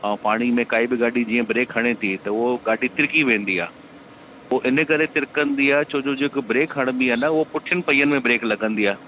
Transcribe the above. ऐं पाणी में काई बि गाॾी जीअं ब्रेक हणे थी त उहो गाॾी सिरकी वेंदी आहे उहो इनकरे सिरकंदी आहे छोजो जेको ब्रेक हणिबी आहे न उहो पुठनि पहियनि में ब्रेक लॻंदी आहे